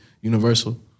universal